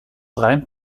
reimt